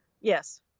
Yes